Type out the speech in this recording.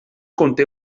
conté